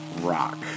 rock